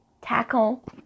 tackle